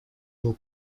был